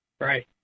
right